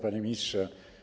Panie Ministrze!